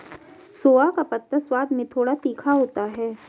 सोआ का पत्ता स्वाद में थोड़ा तीखा होता है